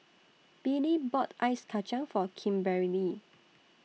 Billie bought Ice Kacang For Kimberely